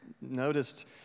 noticed